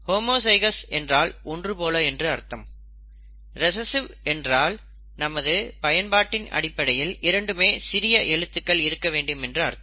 homozygous என்றால் ஒன்று போல என்று அர்த்தம் ரிசஸ்ஸிவ் என்றால் நமது பயன்பாட்டின் அடிப்படையில் இரண்டும் சிறிய எழுத்துக்கள் இருக்க வேண்டும் என்று அர்த்தம்